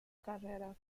carrera